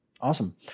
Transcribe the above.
Awesome